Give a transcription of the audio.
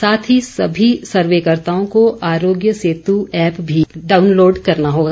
साथ ही समी सर्वेकर्ताओं को आरोग्य सेतू ऐप भी डाउनलोड करना होगा